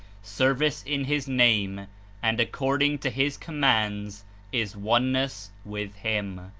service in his name and according to his commands is oneness with him.